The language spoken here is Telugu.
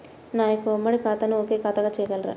నా యొక్క ఉమ్మడి ఖాతాను ఒకే ఖాతాగా చేయగలరా?